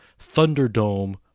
thunderdome